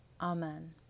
Amen